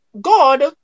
God